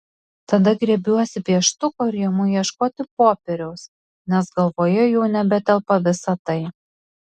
tada griebiuosi pieštuko ir imu ieškoti popieriaus nes galvoje jau nebetelpa visa tai